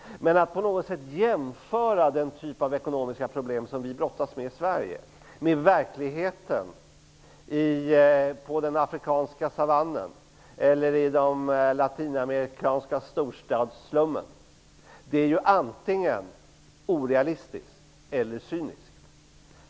Men att på något sätt jämföra den typ av ekonomiska problem som vi brottas med i Sverige med verkligheten på den afrikanska savannen eller i den latinamerikanska storstadsslummen är antingen orealistiskt eller cyniskt.